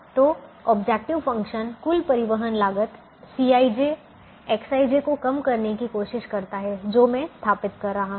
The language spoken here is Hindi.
तो ऑब्जेक्टिव फ़ंक्शन कुल परिवहन लागत Cij Xij को कम करने की कोशिश करता है जो मैं स्थापित कर रहा हूं